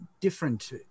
different